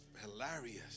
hilarious